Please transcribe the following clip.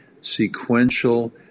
sequential